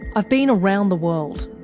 i've been around the world,